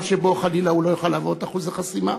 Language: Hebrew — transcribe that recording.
שבו חלילה הוא לא יוכל לעבור את אחוז החסימה.